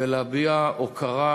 ולהביע הוקרה,